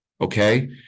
okay